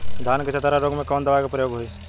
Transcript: धान के चतरा रोग में कवन दवा के प्रयोग होई?